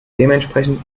dementsprechend